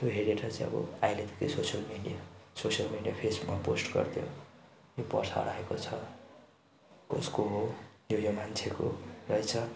त्यो हेरेर चाहिँ अब अहिले त के सोसियल मिडिया सोसियल मिडिया फेसबुकमा पोस्ट गरिदियो यो पर्स हराएको छ कसको हो यो यो मान्छेको रहेछ